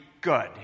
good